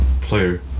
player